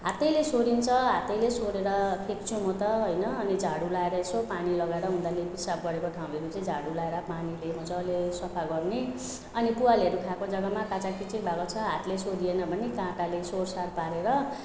हातैले सोहोरिन्छ हातैले सोहोरेर फ्याँक्छु म त होइन अनि झाडु लगाएर यसो पानी लगाएर उनीहरूले पिसाब गरेको ठाउँहरू चाहिँ झाडु लगाएर पानीले मजाले सफा गर्ने अनि परालहरू खाएको जग्गामा काचककिचिक भएको छ हातले सोहोरिएन भने काँटाले सोहोरसार पारेर